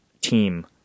team